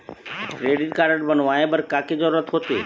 Credit card बनवाए बर का के जरूरत होते?